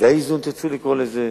תקציבי האיזון, אם כך תרצו לקרוא לזה.